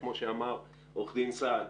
כמו שאמר עורך דין סעד,